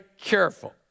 careful